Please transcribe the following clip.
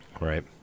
Right